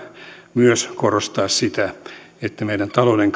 myös korostaa sitä että meidän talouden